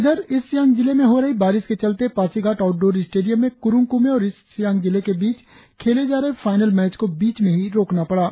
इधर ईस्ट सियांग जिले में हो रही बारिश के चलते पासीघाट आउटडोर स्टेडियम में कुरुंग कुमें और ईस्ट सियांग जिले के बीच खेले जा रहे फाइनल मैच को बीच में ही रोकना पड़ा